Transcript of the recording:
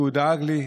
כי הוא דאג לי,